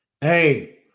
Hey